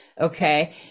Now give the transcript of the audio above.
okay